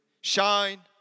Shine